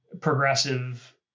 Progressive